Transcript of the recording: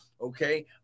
Okay